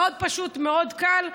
מאוד פשוט, מאוד קל.